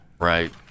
Right